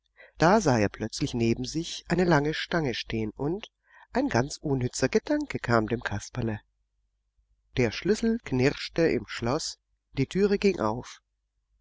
da sah er plötzlich neben sich eine lange stange stehen und ein ganz unnützer gedanke kam dem kasperle der schlüssel knirschte im schloß die türe ging auf